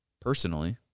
personally